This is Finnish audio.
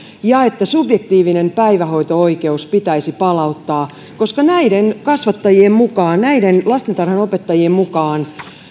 ja että subjektiivinen päivähoito oikeus pitäisi palauttaa koska näiden kasvattajien mukaan näiden lastentarhanopettajien mukaan